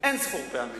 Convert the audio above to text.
אין-ספור פעמים.